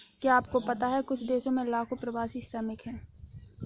क्या आपको पता है कुछ देशों में लाखों प्रवासी श्रमिक हैं?